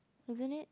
isn't it